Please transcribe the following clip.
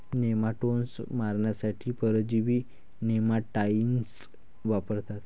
nematodes मारण्यासाठी परजीवी nematicides वापरतात